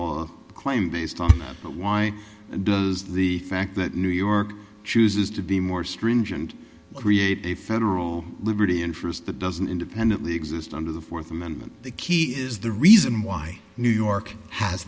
law claim based on that but why does the fact that new york chooses to be more stringent create a federal liberty interest that doesn't independently exist under the fourth amendment the key is the reason why new york has